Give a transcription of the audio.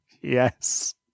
Yes